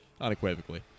unequivocally